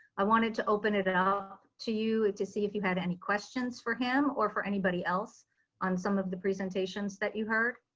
i wanted to open it up to you to see if you had any questions for him, or for anybody else on some of the presentations that you heard?